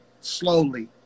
slowly